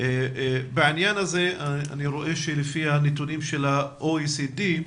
בעניין הזה, אני רואה שלפי הנתונים של ה-OECD,